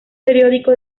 periódico